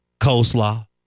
Coleslaw